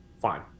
fine